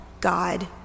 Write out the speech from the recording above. God